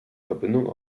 verbindung